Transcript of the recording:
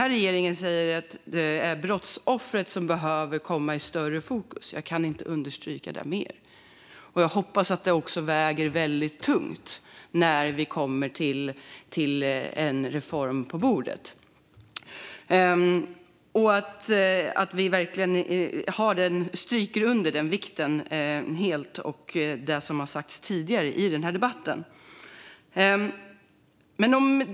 Regeringen säger att brottsoffret behöver komma mer i fokus, och jag kan inte understryka det nog. Jag hoppas att det också väger väldigt tungt när en reform väl kommer på bordet och att vi verkligen understryker vikten av det och allt som sagts tidigare i den här debatten.